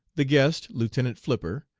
the guest, lieutenant flipper,